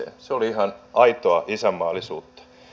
se oli ihan aitoa isänmaallisuutta